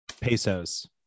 Pesos